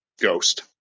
ghost